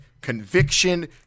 conviction